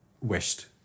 wished